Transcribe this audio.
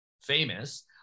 famous